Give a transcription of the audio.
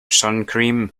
suncream